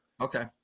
Okay